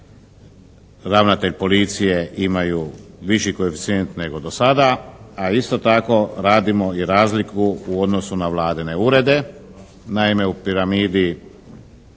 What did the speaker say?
ravnatelj policije imaju viši koeficijent nego do sada, ali isto tako radimo i razliku u odnosu na vladine urede. Naime, u piramidi